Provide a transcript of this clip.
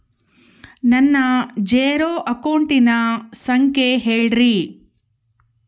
ನನ್ನ ಜೇರೊ ಅಕೌಂಟಿನ ಸಂಖ್ಯೆ ಹೇಳ್ರಿ?